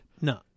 no